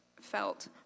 felt